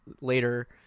later